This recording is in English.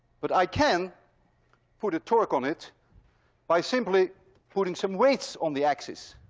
but i can put a torque on it by simply putting some weights on the axis.